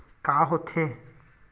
का होथे?